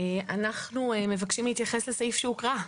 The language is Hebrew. אנחנו מבקשים להתייחס לסעיף שהוקרא.